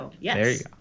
Yes